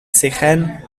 sirène